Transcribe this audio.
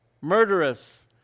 murderous